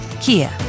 Kia